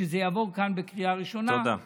שזה יעבור כאן בקריאה ראשונה,